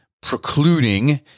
precluding